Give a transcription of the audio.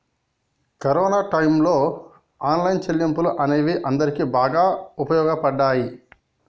corona టైయ్యంలో online చెల్లింపులు అనేవి అందరికీ బాగా వుపయోగపడ్డయ్యి